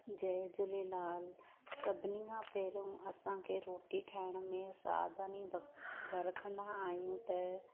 जय झूलेलाल सभिनी खां पहिरियों असांखे रोटी ठाहिण में सावधानी भ भ रखंदा आहियूं त